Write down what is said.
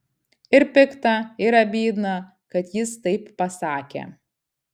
ir pikta ir abydna kad jis taip pasakė